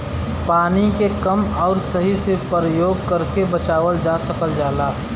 पानी के कम आउर सही से परयोग करके बचावल जा सकल जाला